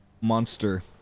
monster